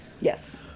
Yes